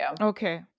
Okay